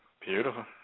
Beautiful